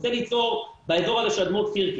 רוצה ליצור באזור הזה של אדמות סירקין.